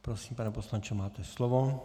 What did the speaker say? Prosím, pane poslanče, máte slovo.